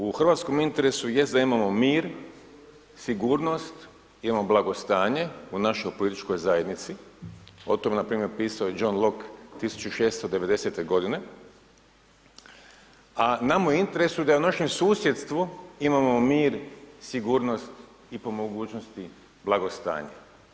U hrvatskom interesu je da imamo mir, sigurnost, imamo blagostanje u našoj političkoj zajednici, o tome je npr. pisao John Lock 1690. g. a nama je u interesu da u našem susjedstvu imamo mir, sigurnost i po mogućnosti blagostanje.